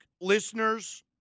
listeners